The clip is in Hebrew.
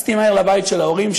רצתי מהר לבית של ההורים,